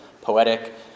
poetic